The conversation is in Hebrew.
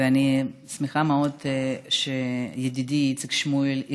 ואני שמחה מאוד שידידי איציק שמולי